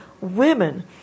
women